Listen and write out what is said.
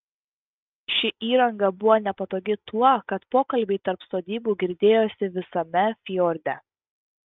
ši įranga buvo nepatogi tuo kad pokalbiai tarp sodybų girdėjosi visame fjorde